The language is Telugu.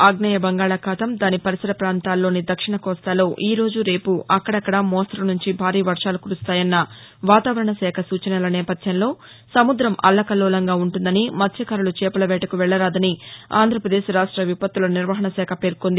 ఆగ్నేయ బంగాళాఖాతం దాని పరిసర ప్రాంతాల్లోని దక్షిణ కోస్తాలో ఈరోజు రేపు అక్కడక్కడ మోస్తరు నుంచి భారీ వర్వాలు కురుస్తాయన్న వాతావరణ శాఖ సూచనల నేపథ్యంలో సముద్రం అల్లకల్లోలంగా ఉంటుందని మత్స్యకారులు చేపల వేటకు వెళ్ళరాదని ఆంధ్రాపదేశ్ రాష్ట విపత్తుల నిర్వహణ శాఖ పేర్చొంది